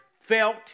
felt